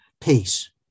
peace